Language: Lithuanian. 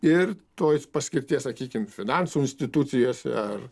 ir tos paskirties sakykim finansų institucijose ar